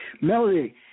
Melody